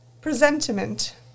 Presentiment